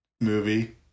movie